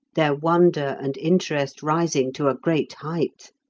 their wonder and interest rising to a great height.